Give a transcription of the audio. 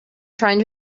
trying